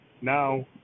Now